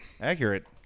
Accurate